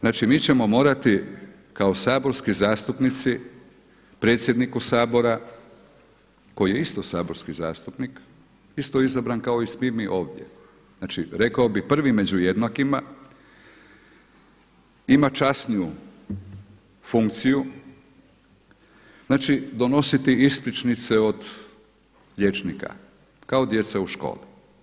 Znači mi ćemo morati kao saborski zastupnici predsjedniku Sabora koji je isto saborski zastupnik, isto izabran kao i svi mi ovdje, znači, rekao bih prvi među jednakima ima časniju funkciju, znači donositi ispričnice od liječnika kao djeca u školi.